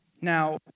Now